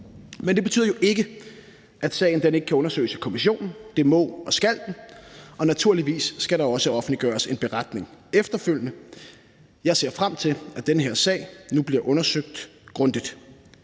Men det betyder jo ikke, at sagen ikke kan undersøges i kommissionen – det må og skal den – og naturligvis skal der også offentliggøres en beretning efterfølgende. Jeg ser frem til, at den her sag nu bliver undersøgt grundigt.